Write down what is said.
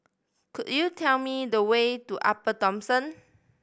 could you tell me the way to Upper Thomson